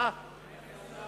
לדיון